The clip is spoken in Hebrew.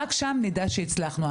רק שם נדע שהצלחנו.